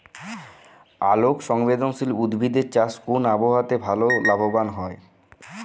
আলোক সংবেদশীল উদ্ভিদ এর চাষ কোন আবহাওয়াতে ভাল লাভবান হয়?